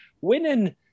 winning